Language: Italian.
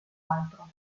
altro